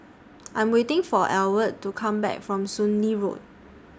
I Am waiting For Ewald to Come Back from Soon Lee Road